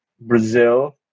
Brazil